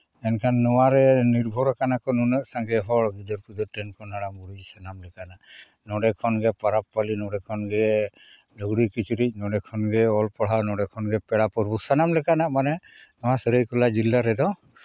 ᱢᱮᱱᱠᱷᱟᱱ ᱱᱚᱣᱟᱨᱮ ᱱᱤᱨᱵᱷᱚᱨ ᱠᱟᱱᱟ ᱠᱚ ᱱᱩᱱᱟᱹᱜ ᱥᱟᱸᱜᱮ ᱦᱚᱲ ᱜᱤᱫᱟᱹᱨ ᱯᱤᱫᱟᱹᱨ ᱴᱷᱮᱱ ᱠᱷᱚᱱ ᱦᱟᱲᱟᱢ ᱵᱩᱲᱦᱤ ᱥᱟᱱᱟᱢ ᱞᱮᱠᱟᱱᱟᱜ ᱱᱚᱰᱮ ᱠᱷᱚᱱᱜᱮ ᱯᱚᱨᱚᱵᱽ ᱯᱟᱹᱞᱤ ᱱᱚᱰᱮ ᱠᱷᱚᱱᱜᱮ ᱞᱩᱜᱽᱲᱤ ᱠᱤᱪᱨᱤᱡ ᱱᱚᱰᱮ ᱠᱷᱚᱱᱜᱮ ᱚᱞ ᱯᱟᱲᱦᱟᱣ ᱱᱚᱰᱮ ᱠᱷᱚᱱᱜᱮ ᱯᱮᱲᱟ ᱯᱨᱚᱵᱷᱩ ᱥᱟᱱᱟᱢ ᱞᱮᱠᱟᱱᱟᱜ ᱱᱚᱣᱟ ᱥᱟᱹᱨᱟᱹᱭᱠᱮᱞᱟ ᱡᱮᱞᱟ ᱨᱮᱫᱚ